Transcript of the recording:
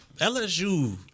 LSU